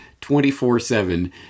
24-7